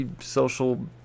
social